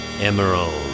Emerald